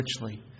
richly